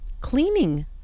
Cleaning